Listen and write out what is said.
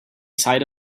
side